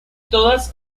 todas